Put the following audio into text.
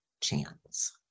chance